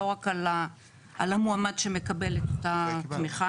לא רק על המועמד שמקבל את אותה תמיכה .